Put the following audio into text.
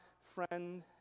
friend